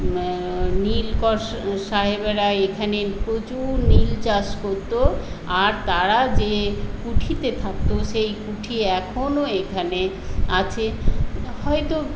নীলকর সাহেবেরা এখানে প্রচুর নীল চাষ করতো আর তারা যে কুঠিতে থাকতো সেই কুঠি এখনো এখানে আছে হয়তো